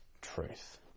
truth